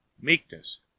meekness